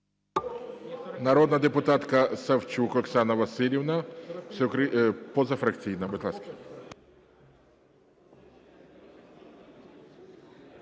Народна депутатка Савчук Оксана Василівна, позафракційна,